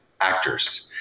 actors